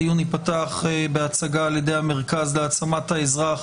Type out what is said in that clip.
הדיון ייפתח בהצגה על ידי המרכז להעצמת האזרח,